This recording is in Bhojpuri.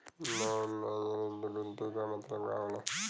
लोन एलिजिबिलिटी का मतलब का होला?